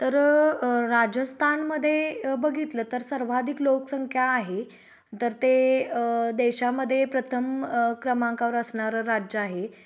तर राजस्थानमध्ये बघितलं तर सर्वाधिक लोकसंख्या आहे तर ते देशामध्ये प्रथम क्रमांकावर असणारं राज्य आहे